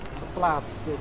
geplaatst